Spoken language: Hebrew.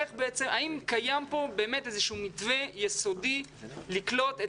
האם קיים איזשהו מתווה יסודי לקלוט את